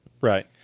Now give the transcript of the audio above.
Right